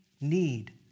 need